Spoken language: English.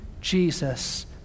Jesus